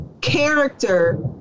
character